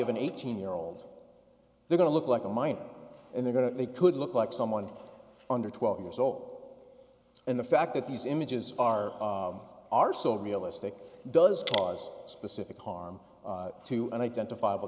of an eighteen year old they're going to look like a minor and they're going to they could look like someone under twelve years old and the fact that these images are are so realistic does cause specific harm to an identifiable